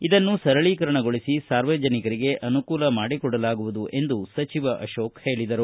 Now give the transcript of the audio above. ಇದನ್ನು ಸರಳೀಕರಣಗೊಳಿಸಿ ಸಾರ್ವಜನಿಕರಿಗೆ ಅನುಕೂಲ ಮಾಡಿಕೊಡಲಾಗುವುದು ಎಂದು ಅವರು ಹೇಳಿದರು